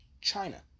China